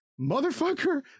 motherfucker